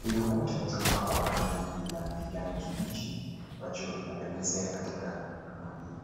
Kwenye ukuta kumeweza kupakwa rangi ya kijani kibichi ambacho inapendezea katika tumaia.